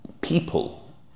people